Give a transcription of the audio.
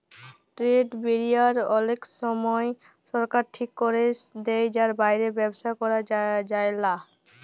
trade barrier অলেক সময় সরকার ঠিক ক্যরে দেয় যার বাইরে ব্যবসা ক্যরা যায়লা